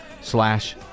slash